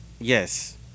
Yes